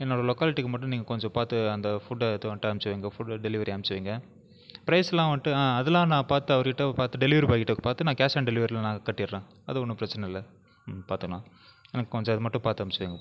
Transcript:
என்னோட லோகாலிட்டிக்கு மட்டும் நீங்கள் கொஞ்சம் பார்த்து அந்த ஃபுட் அதை வந்துட்டு அம்ச்சு வையுங்க ஃபுட் டெலிவரி அம்ச்சு வையுங்க பிரைஸ்லாம் வந்துட்டு ஆ அதெல்லாம் நான் பார்த்து அவர் கிட்டே பார்த்து டெலிவரி பாய் பார்த்து நான் கேஷ் ஆன் டெலிவரியில் நான் கட்டிடறேன் அது ஒன்னும் பிரச்சினை இல்லை பார்த்துக்கலாம் எனக்கு கொஞ்சம் இது மட்டும் பார்த்து அம்ச்சு வையுங்க